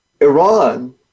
Iran